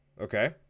Okay